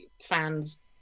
fans